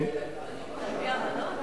טלוויזיה בכבלים זה לפי אמנות?